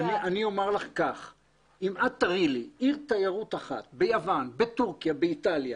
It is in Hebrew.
תראי לי עיר תיירות אחת ביוון, בתורכיה, באיטליה